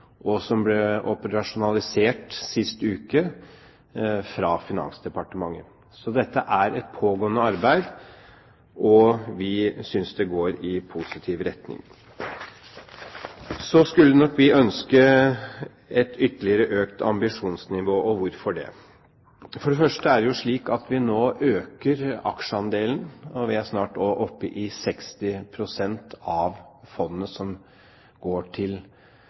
og som ble operasjonalisert sist uke fra Finansdepartementet. Så dette er et pågående arbeid, og vi synes det går i positiv retning. Så skulle nok vi ønsket et ytterligere økt ambisjonsnivå – og hvorfor det? For det første er det slik at vi nå øker aksjeandelen, det er snart 60 pst. av fondet som går til